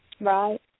Right